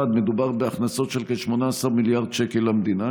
מדובר בהכנסות של כ-18 מיליארד שקל למדינה,